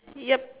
yup